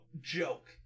joke